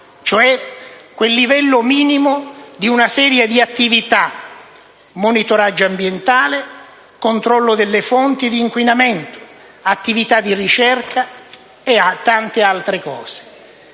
cioè quel livello minimo di una serie di attività come il monitoraggio ambientale, il controllo delle fonti di inquinamento, le attività di ricerca e tante altre cose